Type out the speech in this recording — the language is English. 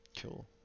Cool